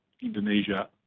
Indonesia